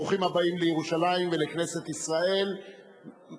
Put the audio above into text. ברוכים הבאים לירושלים ולכנסת ישראל,